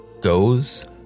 goes